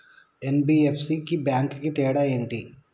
NBFC కి bank కి తేడా ఏంటి?